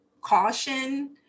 caution